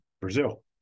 Brazil